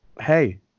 hey